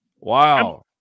Wow